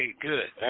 good